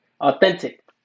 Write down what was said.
authentic